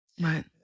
Right